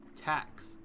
tax